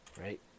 right